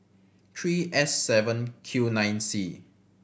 three S seven Q nine C